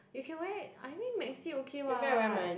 you can wear I think maxi okay [what]